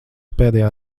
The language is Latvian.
pēdējā